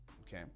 Okay